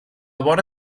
vora